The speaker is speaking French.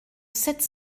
sept